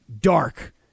dark